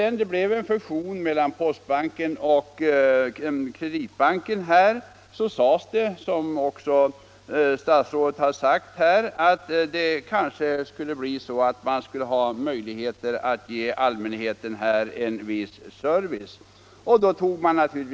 Då det blev en fusion mellan postbanken och Kreditbanken trodde man att det kanske skulle göra det möjligt att ge människorna en viss service när det gällde att lösa in checkar på lördagar.